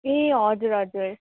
ए हजुर हजुर